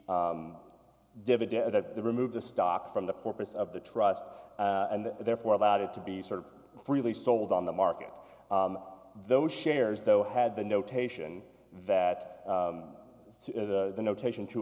that they removed the stock from the purpose of the trust and therefore allowed it to be sort of freely sold on the market those shares though had the notation that the notation to